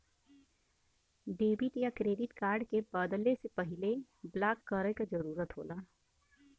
debit या credit card के बदले से पहले ब्लॉक करे क जरुरत होला